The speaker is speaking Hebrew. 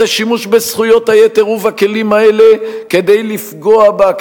עושה שימוש בזכויות היתר ובכלים האלה כדי לפגוע בה,